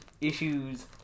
Issues